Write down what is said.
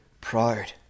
proud